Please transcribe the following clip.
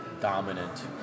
dominant